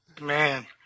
man